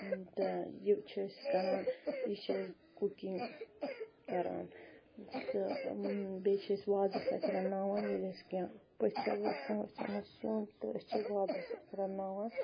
تہٕ یہِ چھِ أسۍ کَران یہِ چھِ أسۍ کُکِنگ کَران تہٕ بیٚیہِ چھِ أسۍ وازَس اَتھۍ رَنناوان ییٚلہِ أسۍ کیٚنٛہہ پژھٮ۪ن وَژھٮ۪ن وَژھٮ۪ن اوس یُن تہٕ أسۍ چھِ وازَس اَتھۍ رَنناوان